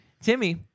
timmy